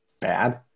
bad